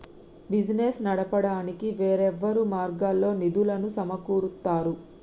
business నడపడానికి వేర్వేరు మార్గాల్లో నిధులను సమకూరుత్తారు